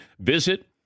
Visit